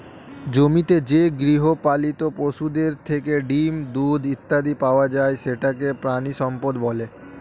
জমিতে যে গৃহপালিত পশুদের থেকে ডিম, দুধ ইত্যাদি পাওয়া যায় সেটাকে প্রাণিসম্পদ বলে